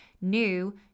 new